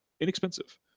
inexpensive